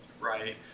Right